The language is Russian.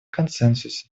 консенсуса